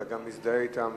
אתה גם מזדהה אתם